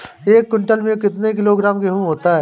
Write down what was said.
एक क्विंटल में कितना किलोग्राम गेहूँ होता है?